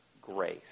grace